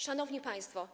Szanowni Państwo!